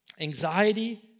Anxiety